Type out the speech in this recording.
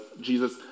Jesus